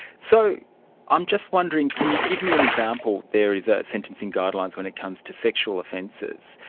so i'm just wondering, can you give me an example, there is ah sentencing guidelines when it comes to sexual offences,